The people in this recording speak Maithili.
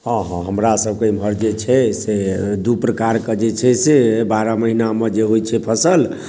हँ हँ हमरा सभके इमहर जे छै से दू प्रकारके छै से बारह महिना मे जे होइ छै फसल